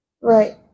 Right